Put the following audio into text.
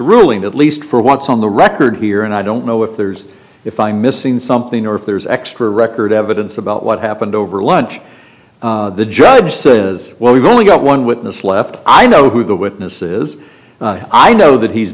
least for once on the record here and i don't know if there's if i'm missing something or if there's extra record evidence about what happened over lunch the judge says well we've only got one witness left i know who the witnesses i know that he's